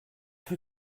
cru